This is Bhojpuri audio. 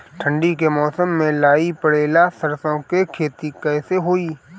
ठंडी के मौसम में लाई पड़े ला सरसो के खेती कइसे होई?